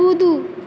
कूदू